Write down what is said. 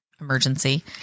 emergency